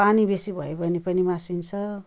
पानी बेसी भयो भने पनि मासिन्छ